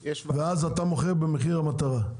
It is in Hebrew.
ואז אתה מוכר במחיר המטרה?